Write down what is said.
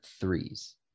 threes